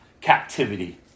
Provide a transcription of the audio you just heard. captivity